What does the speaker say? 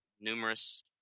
numerous